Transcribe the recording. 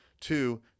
Two